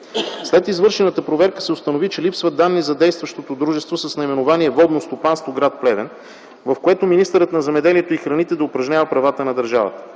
След извършена проверка се установи, че липсват данни за действащо дружество с наименование „Водно стопанство” – гр. Плевен, в което министърът на земеделието и храните да упражнява правата на държавата.